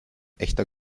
echter